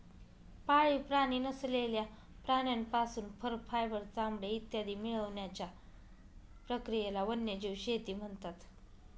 पाळीव प्राणी नसलेल्या प्राण्यांपासून फर, फायबर, चामडे इत्यादी मिळवण्याच्या प्रक्रियेला वन्यजीव शेती म्हणतात